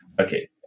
okay